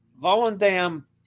Volendam